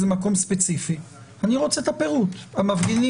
משטרת ישראל באמצעות המשרד לביטחון הפנים